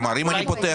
כלומר אם אני פותח